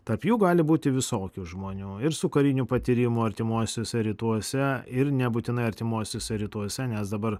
tarp jų gali būti visokių žmonių ir su kariniu patyrimu artimuosiuose rytuose ir nebūtinai artimuosiuose rytuose nes dabar